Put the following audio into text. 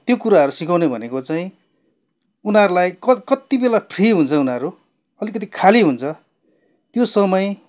त्यो कुराहरू सिकाउने भनेको चाहिँ उनीहरूलाई क कति बेला फ्री हुन्छ उनीहरू अलिकति खाली हुन्छ त्यो समय